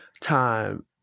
time